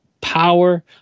power